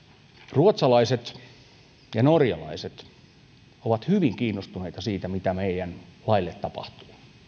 ruotsalaiset ja norjalaiset ovat hyvin kiinnostuneita siitä mitä meidän laille tapahtuu